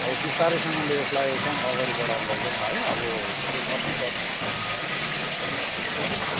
अब बिस्तारैसँगले यसलाई एकदम अगाडि बढाएर लैजाउन है अब यो गर्नैपर्ने अब देखियो गरौँ न